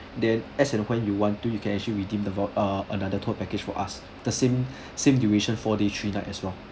then as and when you want to you can actually redeem the vou~ err another tour package from us the same same duration four days three night as well